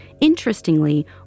Interestingly